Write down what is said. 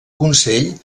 consell